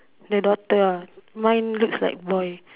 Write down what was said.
the daughter ah mine looks like boy